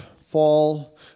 Fall